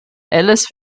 elles